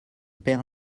père